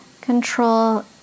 control